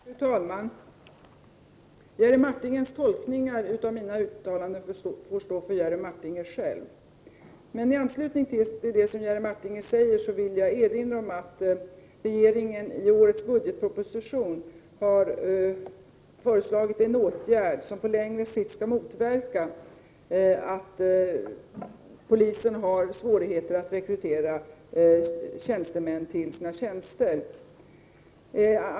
Fru talman! Jerry Martingers tolkningar av mina uttalanden får stå för Jerry Martinger själv. I anslutning till det som Jerry Martinger säger vill jag emellertid erinra om att regeringen i årets budgetproposition har föreslagit en åtgärd som på längre sikt skall motverka att polisen har svårigheter att rekrytera tjänstemän till sina tjänster.